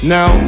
Now